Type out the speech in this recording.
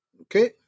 Okay